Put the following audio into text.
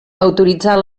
autoritzar